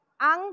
Ang